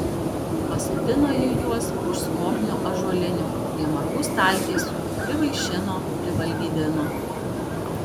pasodino ji juos už skobnių ąžuolinių prie margų staltiesių privaišino privalgydino